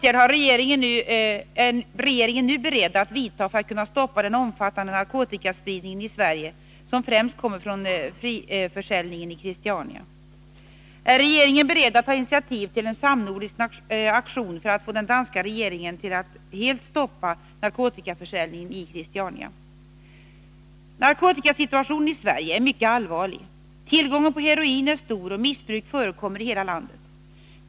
Är regeringen beredd att ta initiativ till en samnordisk aktion för att få den danska regeringen till att helt stoppa narkotikaförsäljningen i Christiania? Narkotikasituationen i Sverige är mycket allvarlig. Tillgången på heroin är stor, och missbruk förekommer i hela landet.